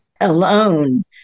alone